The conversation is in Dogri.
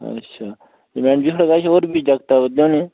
अच्छा मैडम जी थुआढ़े कश होर बी जागत आवै दे होने